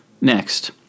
Next